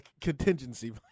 contingency